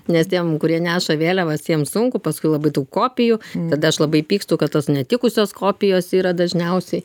nes tiem kurie neša vėliavas jiem sunku paskui labai daug kopijų tada aš labai pykstu kad tos netikusios kopijos yra dažniausiai